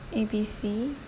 A B C